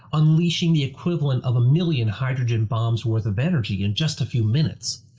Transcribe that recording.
unleashing the equivalent of a million hydrogen bombs worth of energy in just a few minute.